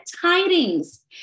tidings